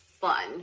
fun